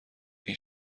این